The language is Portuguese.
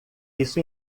isso